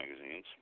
magazines